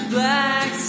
Black